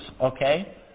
okay